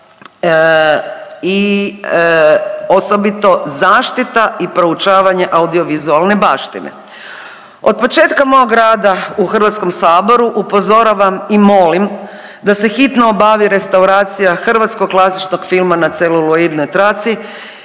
i osobito zaštita i proučavanje audio-vizualne baštine. Od početka mog rada u Hrvatskom saboru upozoravam i molim da se hitno obavi restauracija hrvatskog klasičnog filma na celuloidnoj traci,